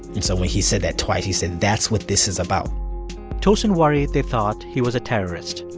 and so when he said that twice. he said, that's what this is about tosin worried they thought he was a terrorist.